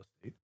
estate